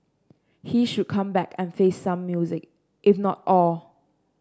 he should come back and face some music if not all